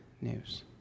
news